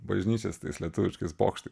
bažnyčia su tais lietuviškais bokštais